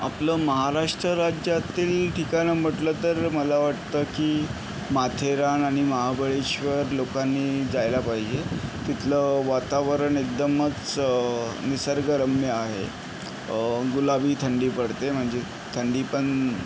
आपलं महाराष्ट्र राज्यातील ठिकाणं म्हटलं तर मला वाटतं की माथेरान आणि महाबळेश्वर लोकांनी जायला पाहिजे तिथलं वातावरण एकदमच निसर्गरम्य आहे गुलाबी थंडी पडते म्हणजे थंडी पण